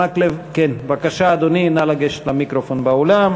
בבקשה, אדוני, נא לגשת למיקרופון באולם.